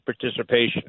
participation